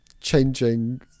changing